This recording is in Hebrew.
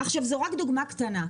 עכשיו זו רק דוגמא קטנה,